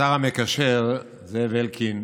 השר המקשר זאב אלקין